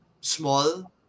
small